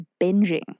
binging